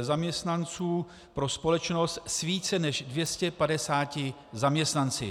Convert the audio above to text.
zaměstnanců pro společnost s více než 250 zaměstnanci.